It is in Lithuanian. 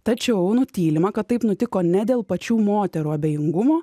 tačiau nutylima kad taip nutiko ne dėl pačių moterų abejingumo